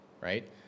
right